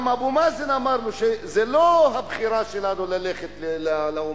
גם אבו מאזן אמר לו שזה לא הבחירה שלנו ללכת לאומות-המאוחדות.